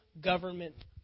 government